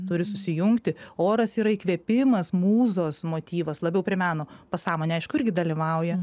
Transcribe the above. turi susijungti oras yra įkvėpimas mūzos motyvas labiau prie meno pasąmonė aišku irgi dalyvauja